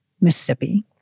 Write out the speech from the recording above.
Mississippi